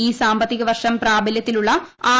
ഈ സാമ്പത്തികവർഷം പ്രാബല്യത്തിലുള്ള ആർ